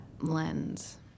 lens